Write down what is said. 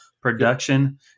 production